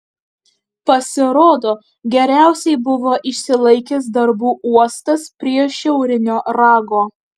pasirodo geriausiai buvo išsilaikęs darbų uostas prie šiaurinio rago